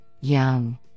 Young